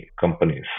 companies